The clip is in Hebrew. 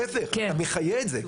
להיפך, אתה מחייה את זה.